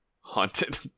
Haunted